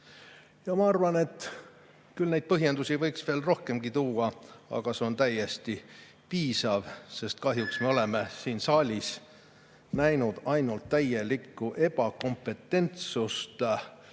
Ma arvan, et neid põhjendusi võiks veel rohkemgi tuua, aga see on täiesti piisav. Kahjuks me oleme siin saalis näinud ainult täielikku ebakompetentsust